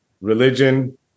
religion